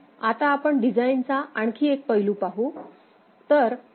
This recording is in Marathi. आता आपण डिझाइनचा आणखी एक पैलू पाहू